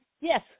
Yes